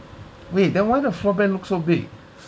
wait then why the floor plan looks so big